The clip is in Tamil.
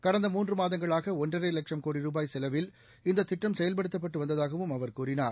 கடந்த மூன்று மாதங்களாக ஒன்றரை லட்சம் கோடி ரூபாய் செலவில் இந்த திட்டம் செயல்படுத்தப்பட்டு வந்ததாகவும் அவர் கூறினார்